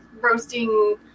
roasting